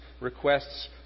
requests